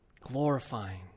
glorifying